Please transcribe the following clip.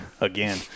again